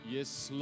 Yes